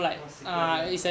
orh secret lah